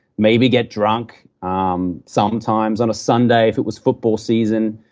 maybe get drunk. um sometimes on a sunday if it was football season,